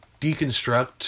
deconstruct